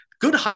Good